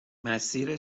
مسیر